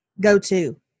go-to